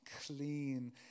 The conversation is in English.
clean